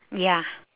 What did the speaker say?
ya